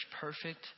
perfect